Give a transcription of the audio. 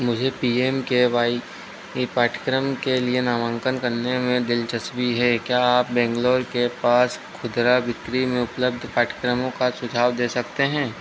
मुझे P M K Y पाठ्यक्रम के लिए नामांकन करने में दिलचस्पी है क्या आप बैंगलोर के पास खुदरा बिक्री में उपलब्ध पाठ्यक्रमों का सुझाव दे सकते हैं